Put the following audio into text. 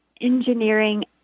engineering